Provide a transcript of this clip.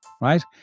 right